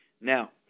Now